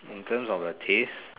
in terms of the taste